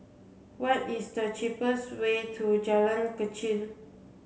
what is the cheapest way to Jalan Kechil